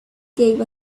gave